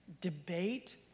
debate